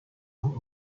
are